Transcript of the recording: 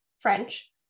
French